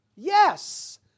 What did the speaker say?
Yes